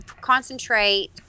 concentrate